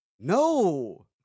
no